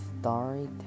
story